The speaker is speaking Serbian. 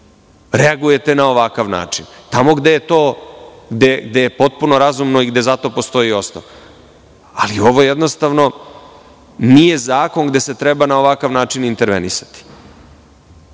reagujete na ovakav način, tamo gde je to potpuno razumno i gde za to postoji osnov. Ali, ovo jednostavno nije zakon gde se treba na ovakav način intervenisati.